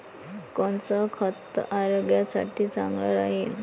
कोनचं खत आरोग्यासाठी चांगलं राहीन?